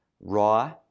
raw